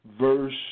verse